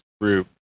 group